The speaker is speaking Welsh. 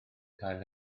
cael